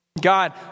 God